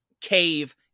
Cave